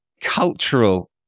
cultural